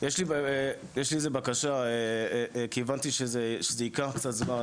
יש לי בקשה כי הבנתי שזה ייקח זמן